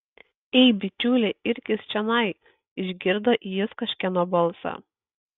ei bičiuli irkis čionai išgirdo jis kažkieno balsą